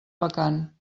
vacant